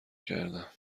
کردم